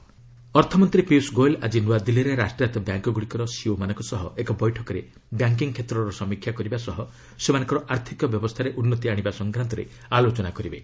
FM banks ଅର୍ଥମନ୍ତ୍ରୀ ପିୟୁଷ ଗୋଏଲ୍ ଆଜି ନ୍ତଆଦିଲ୍ଲୀରେ ରାଷ୍ଟ୍ରାୟତ୍ତ ବ୍ୟାଙ୍କ୍ଗୁଡ଼ିକର ସିଇଓମାନଙ୍କ ସହ ଏକ ବୈଠକରେ ବ୍ୟାଙ୍କିଙ୍ଗ୍ କ୍ଷେତ୍ରର ସମୀକ୍ଷା କରିବା ସହ ସେମାନଙ୍କର ଆର୍ଥିକ ଅବସ୍ଥାରେ ଉନ୍ତି ଆଶିବା ସଂକାନ୍ତରେ ଆଲୋଚନା କରିବେ